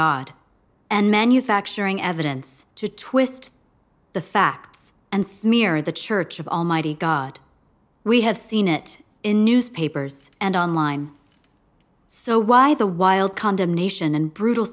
god and manufacturing evidence to twist the facts and smear the church of almighty god we have seen it in newspapers and on line so why the wild condemnation and brutal